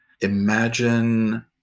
imagine